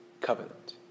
covenant